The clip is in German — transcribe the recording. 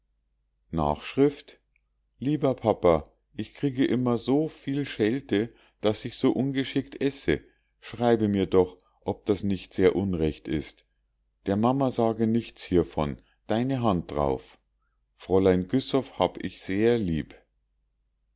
s lieber papa ich kriege immer so viel schelte daß ich so ungeschickt esse schreibe mir doch ob das nicht sehr unrecht ist der mama sage nichts hiervon deine hand drauf fräulein güssow habe ich sehr lieb